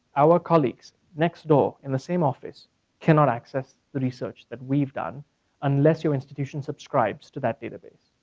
our colleagues next door in the same office cannot access the research that we've done unless your institution subscribes to that database.